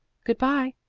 good-bye.